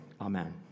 amen